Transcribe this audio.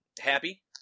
happy